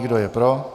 Kdo je pro?